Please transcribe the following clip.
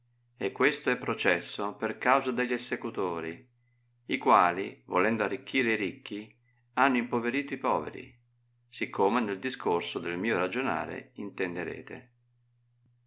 e questo è processo per causa degli essecutori i quali volendo arricchire i ricchi hanno impoverito i poveri sì come nel discorso del mio ragionare